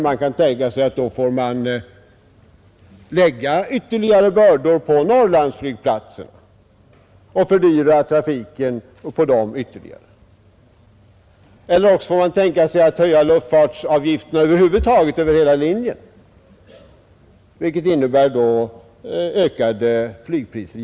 Man kan tänka sig att man får lägga ytterligare bördor på norrlandsflygplatserna och ytterligare fördyra trafiken på dem, eller också får man tänka sig att höja luftfartsavgifterna över hela linjen, vilket givetvis innebär ökade flygpriser.